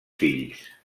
fills